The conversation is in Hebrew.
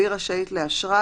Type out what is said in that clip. והיא רשאית לאשרה,